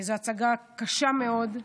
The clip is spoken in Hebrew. זו הצגה קשה מאוד,